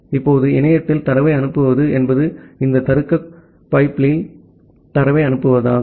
இப்போது இணையத்தில் தரவை அனுப்புவது என்பது இந்த தருக்க குழாய்களில் தரவை அனுப்புவதாகும்